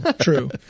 true